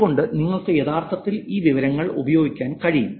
അതുകൊണ്ടു നിങ്ങൾക്ക് യഥാർത്ഥത്തിൽ ഈ വിവരങ്ങൾ ഉപയോഗിക്കാൻ കഴിയും